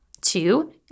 Two